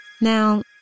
Now